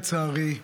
לצערי,